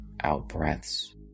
out-breaths